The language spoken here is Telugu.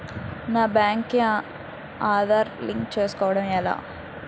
నా బ్యాంక్ కి ఆధార్ లింక్ చేసుకోవడం ఎలా?